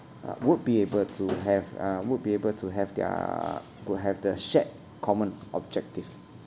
uh would be able to have uh would be able to have their will have their shared common objective